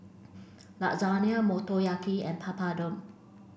Lasagna Motoyaki and Papadum